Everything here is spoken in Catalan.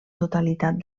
totalitat